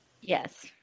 yes